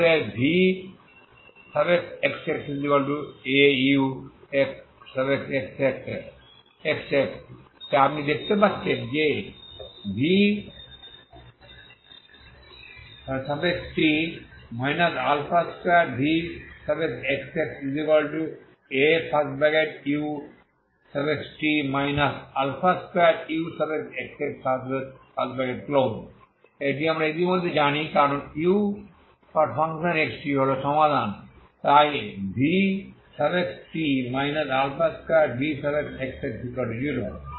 অতএব vxxauxx তাই আপনি দেখতে পাচ্ছেন যে vt 2vxxaএটি আমরা ইতিমধ্যে জানি কারণ uxt হল সমাধান তাই vt 2vxx0